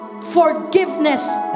forgiveness